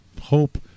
hope